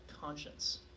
conscience